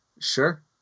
Sure